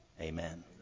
amen